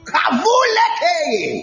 Kavuleke